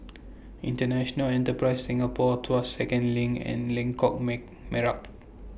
International Enterprise Singapore Tuas Second LINK and Lengkok May Merak